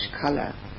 color